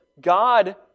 God